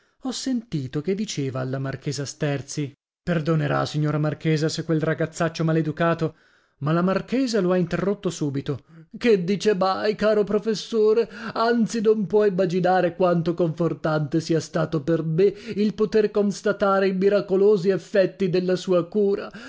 ho sentito che diceva alla marchesa sterzi perdonerà signora marchesa se quel ragazzaccio maleducato ma la marchesa lo ha interrotto subito che dice mai caro professore anzi non può immaginare quanto confortante sia stato per me il poter constatare i miracolosi effetti della sua cura